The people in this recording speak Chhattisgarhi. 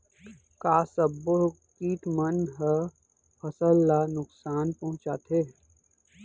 का सब्बो किट मन ह फसल ला नुकसान पहुंचाथे?